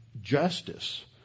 justice